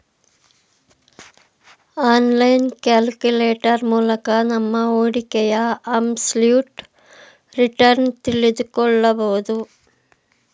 online calculator ಮೂಲಕ ನಮ್ಮ ಹೂಡಿಕೆಯ ಅಬ್ಸಲ್ಯೂಟ್ ರಿಟರ್ನ್ ತಿಳಿದುಕೊಳ್ಳಬಹುದು